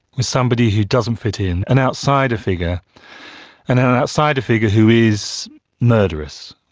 with somebody who doesn't fit in, an outsider figure, and an outsider figure who is murderous.